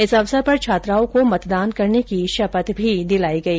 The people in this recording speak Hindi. इस अवसर पर छात्राओं को मतदान करने की शपथ भी दिलाई गई